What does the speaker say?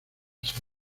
ser